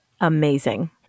Amazing